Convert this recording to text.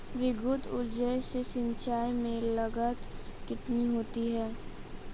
विद्युत ऊर्जा से सिंचाई में लागत कितनी होती है?